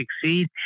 succeed